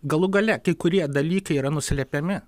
galų gale kai kurie dalykai yra nuslepiami